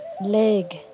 leg